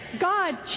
God